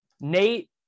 Nate